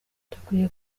dukwiye